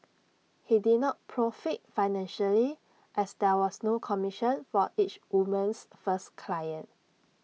he did not profit financially as there was no commission for each woman's first client